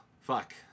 fuck